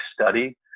study